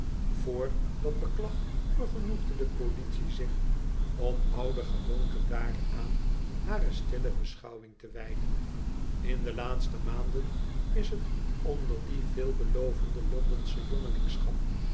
vr dat beklag vergenoegde de politie zich om ouder gewoonte daaraan hare stille beschouwing te wijden in de laatste maanden is het onder die veelbelovende